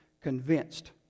convinced